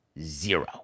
zero